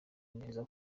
neza